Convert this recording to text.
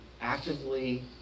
actively